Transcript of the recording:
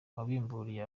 wabimburiye